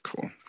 Cool